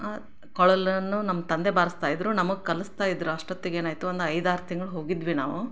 ಕೊಳಲನ್ನು ನಮ್ಮ ತಂದೆ ಬಾರಿಸ್ತಾ ಇದ್ದರು ನಮಗೆ ಕಲಿಸ್ತಾ ಇದ್ದರು ಅಷ್ಟೊತ್ತಿಗೆ ಏನಾಯಿತು ಒಂದು ಐದಾರು ತಿಂಗಳು ಹೋಗಿದ್ವಿ ನಾವು